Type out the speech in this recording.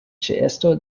ĉeesto